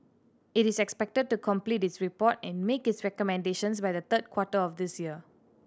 it is expected to complete its report and make its recommendations by the third quarter of this year